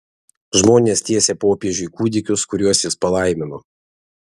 žmonės tiesė popiežiui kūdikius kuriuos jis palaimino